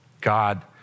God